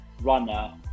runner